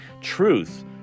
truth